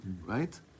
right